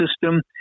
system